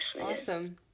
awesome